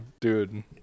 Dude